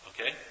Okay